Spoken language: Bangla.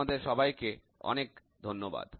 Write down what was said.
তোমাদের সবাইকে অনেক ধন্যবাদ